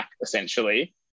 essentially